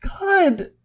God